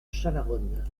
chalaronne